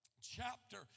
chapter